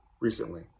recently